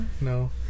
No